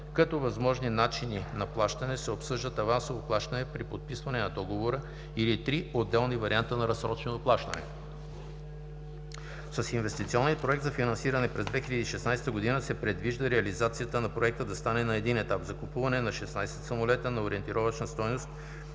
Като възможни начини на плащане се обсъждат авансово плащане при подписване на договора или три отделни варианта на разсрочено плащане. С Инвестиционния проект за финансиране през 2016 г. се предвижда реализацията на Проекта да стане на един етап – закупуване на 16 самолета на ориентировъчна стойност